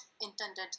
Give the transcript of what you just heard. intended